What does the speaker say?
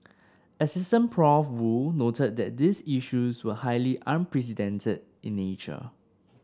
asst Prof Woo noted that these issues were highly unprecedented in nature